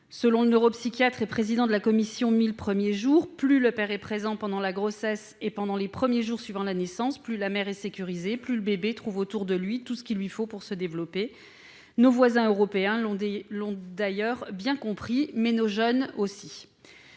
Selon le neuropsychiatre Boris Cyrulnik, qui préside la commission des 1 000 premiers jours, plus le père est présent pendant la grossesse et pendant les premiers jours qui suivent la naissance, plus la mère est sécurisée et plus le bébé trouve autour de lui ce qu'il lui faut pour se développer. Nos voisins européens l'ont d'ailleurs bien compris, à l'instar de nos